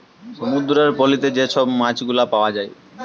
সমুদ্দুরের পলিতে যে ছব মাছগুলা পাউয়া যায়